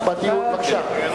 בבקשה.